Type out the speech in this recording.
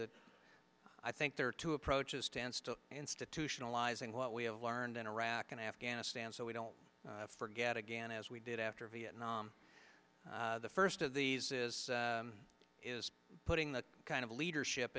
that i think there are two approaches stance to institutionalizing what we have learned in iraq and afghanistan so we don't forget again as we did after vietnam the first of these is is putting the kind of leadership